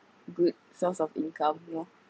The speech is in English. good source of income